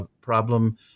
problem